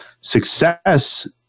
success